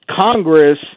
congress